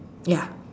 ya